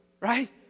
right